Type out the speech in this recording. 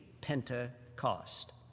Pentecost